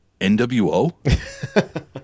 NWO